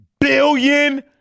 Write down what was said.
billion